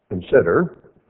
consider